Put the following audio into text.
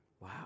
Wow